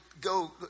go